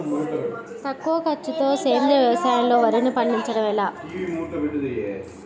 తక్కువ ఖర్చుతో సేంద్రీయ వ్యవసాయంలో వారిని పండించడం ఎలా?